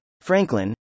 Franklin